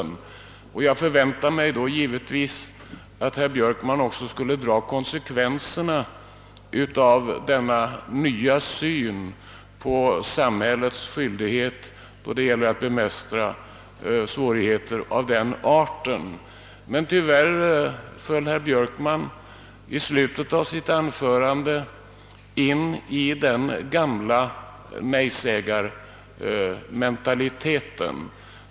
Jag förväntade mig då givetvis att herr Björkman skulle dra konsekvenserna av sin nya syn på samhällets skyldighet då det gäller att bemästra svårigheter av den arten. Tyvärr föll herr Björkman i slutet av sitt anförande in i den gamla nej-sägarmentaliteten.